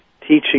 teaching